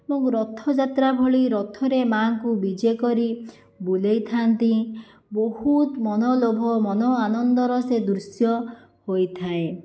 ଏବଂ ରଥଯାତ୍ରା ଭଳି ରଥରେ ମାଁଙ୍କୁ ବିଜେକରି ବୁଲାଇଥାନ୍ତି ବହୁତ ମନୋଲୋଭ ମନଆନନ୍ଦର ସେ ଦୃଶ୍ୟ ହୋଇଥାଏ